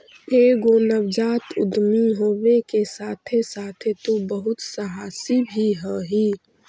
एगो नवजात उद्यमी होबे के साथे साथे तु बहुत सहासी भी हहिं